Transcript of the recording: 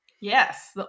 yes